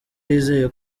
yizeye